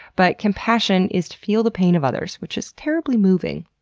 but compassion is to feel the pain of others which is terribly moving.